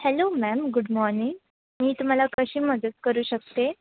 hello ma'am good morning मी तुम्हाला कशी मदत करू शकते